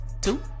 Two